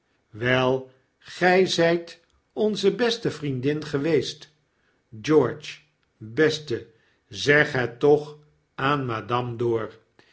wel gij zjt onze beste vriendin geweest george beste zeg het toch aan madame dor